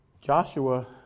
Joshua